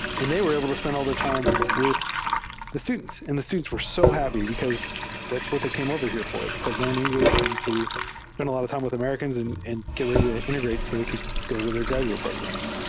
and they were able to spend al l their time with the students, and the students were so happy, because that's what they came over here for, to learn engl ish and to spend a lot of time with americans and and get ready to integrate so they could go to their graduate programs.